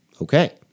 Okay